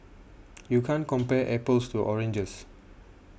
you can't compare apples to oranges